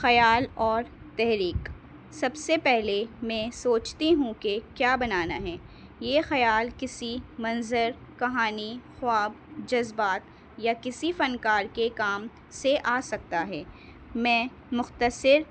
خیال اور تحریک سب سے پہلے میں سوچتی ہوں کہ کیا بنانا ہے یہ خیال کسی منظر کہانی خواب جذبات یا کسی فنکار کے کام سے آ سکتا ہے میں مختصر